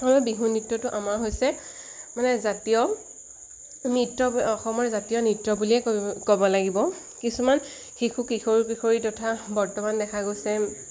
আৰু বিহু নৃত্যটো আমাৰ হৈছে মানে জাতীয় নৃত্য অসমৰ জাতীয় নৃত্য বুলিয়ে ক'ব লাগিব কিছুমান শিশু কিশোৰ কিশোৰী তথা বৰ্তমান দেখা গৈছে